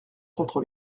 contre